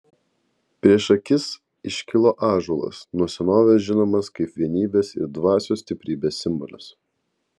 prieš akis iškilo ąžuolas nuo senovės žinomas kaip vienybės ir dvasios stiprybės simbolis